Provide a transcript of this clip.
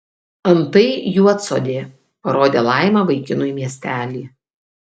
antai juodsodė parodė laima vaikinui miestelį